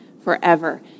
forever